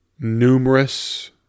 numerous